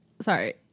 Sorry